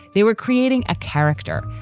they were creating a character,